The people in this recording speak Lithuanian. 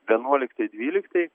vienuoliktai dvyliktai